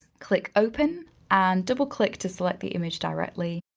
click open, and double-click to select the image directly.